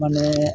ᱢᱟᱱᱮ